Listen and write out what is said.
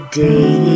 day